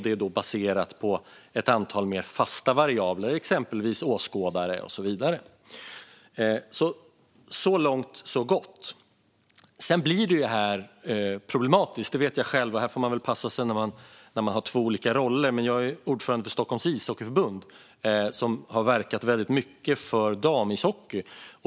Det är då baserat på ett antal mer fasta variabler, exempelvis åskådare och så vidare. Så långt, så gott. Sedan blir det problematiskt. Det vet jag själv. Här får jag passa mig eftersom jag har två olika roller. Men jag är ordförande för Stockholms Ishockeyförbund, som har verkat väldigt mycket för damishockey.